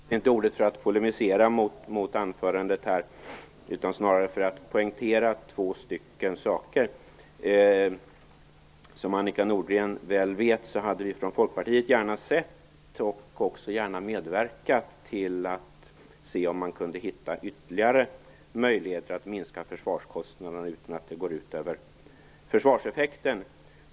Fru talman! Jag begärde inte ordet för att polemisera mot Annika Nordgrens anförande utan snarare för att poängtera två saker. Som Annika Nordgren väl vet hade vi från Folkpartiet gärna medverkat till att hitta ytterligare möjligheter att minska försvarskostnaderna utan att det går ut över försvarseffekten.